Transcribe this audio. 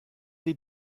die